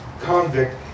convict